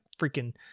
freaking